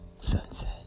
sunset